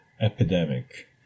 epidemic